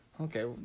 Okay